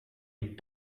est